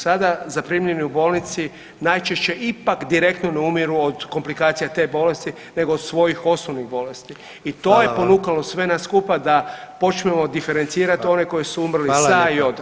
Sada zaprimljeni u bolnici najčešće ipak direktno ne umiru od komplikacija te bolesti, nego od svojih osobnih bolesti i to je ponukalo sve nas skupa da počnemo diferencirati one koji su umrli sa i od.